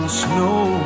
snow